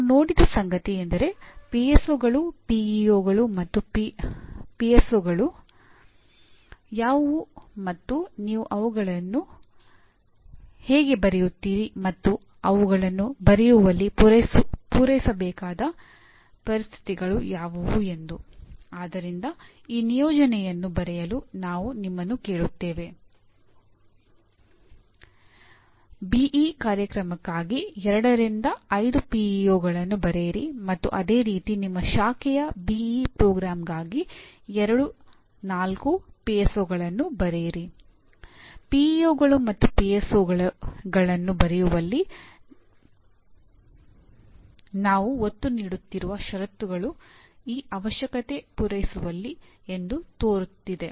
ನಾವು ನೋಡಿದ ಸಂಗತಿಯೆಂದರೆ ಪಿಎಸ್ಒಗಳು ಬರೆಯುವಲ್ಲಿ ನಾವು ಒತ್ತು ನೀಡುತ್ತಿರುವ ಷರತ್ತುಗಳು ಈ ಅವಶ್ಯಕತೆ ಪೂರೈಸುತ್ತಿಲ್ಲ ಎಂದು ತೋರುತ್ತಿದೆ